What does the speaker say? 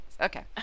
Okay